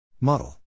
Model